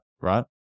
right